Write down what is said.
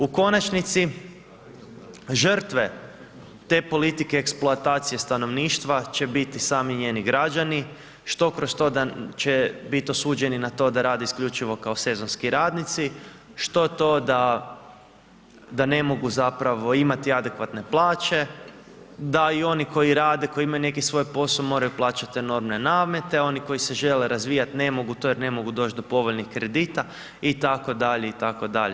U konačnici, žrtve te politike eksploatacije stanovništva će biti sami njeni građani, što kroz to da će bit osuđeni na to da rade isključivo kao sezonski radnici, što to da ne mogu zapravo imati adekvatne plaće, da i oni koji rade, koji imaju neki svoj posao, moraju plaćati enormne namete, oni koji se žele razvijat, ne mogu to jer ne mogu doć do povoljnih kredita itd., itd.